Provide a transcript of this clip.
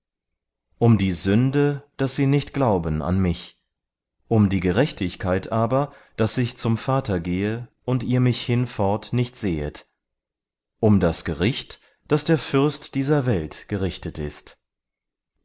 um die sünde daß sie nicht glauben an mich um die gerechtigkeit aber daß ich zum vater gehe und ihr mich hinfort nicht sehet um das gericht daß der fürst dieser welt gerichtet ist